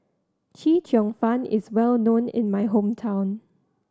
Chee Cheong Fun is well known in my hometown